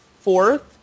fourth